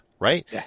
Right